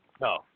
No